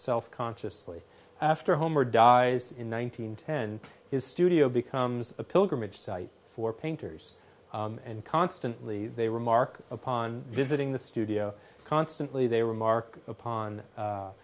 self consciously after homer dies in one thousand and ten his studio becomes a pilgrimage site for painters and constantly they remark upon visiting the studio constantly they remark upon